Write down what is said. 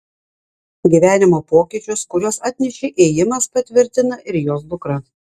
gyvenimo pokyčius kuriuos atnešė ėjimas patvirtina ir jos dukra